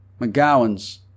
McGowan's